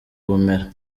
ubumera